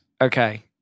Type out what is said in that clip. Okay